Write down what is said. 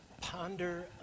Ponder